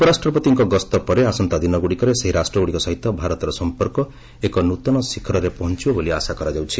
ଉପରାଷ୍ଟ୍ରପତିଙ୍କ ଗସ୍ତ ପରେ ଆସନ୍ତା ଦିନଗୁଡ଼ିକରେ ସେହି ରାଷ୍ଟ୍ରଗୁଡ଼ିକ ସହିତ ଭାରତର ସଂପର୍କ ଏକ ନୃତନ ଶିଖରରେ ପହଞ୍ଚିବ ବୋଲି ଆଶା କରାଯାଉଛି